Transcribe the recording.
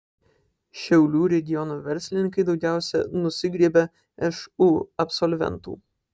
šiaulių regiono verslininkai daugiausiai nusigriebia šu absolventų